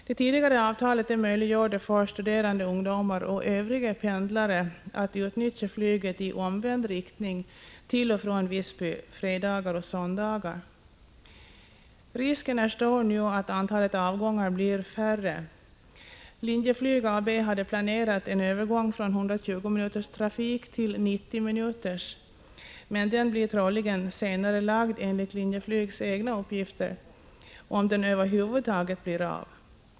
Det tidigare avtalet möjliggjorde för studerande ungdomar och övriga pendlare att utnyttja flyget i omvänd riktning till och från Visby fredagar och söndagar. Risken är nu stor att antalet avgångar blir färre. Linjeflyg AB hade planerat en övergång från 120 till 90-minuterstrafik, men den blir troligen senarelagd enligt Linjeflygs egna uppgifter, om den över huvud taget blir av.